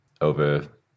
over